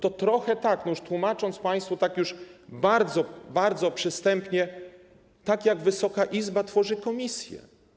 To trochę tak, już tłumacząc państwu tak bardzo, bardzo przystępnie, jak Wysoka Izba tworzy komisje.